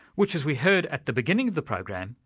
which as we heard at the beginning of the program,